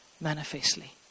Manifestly